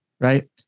right